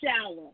shower